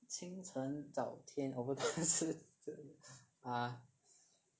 清晨找天 over uh